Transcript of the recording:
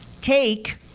take